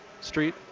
street